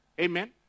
Amen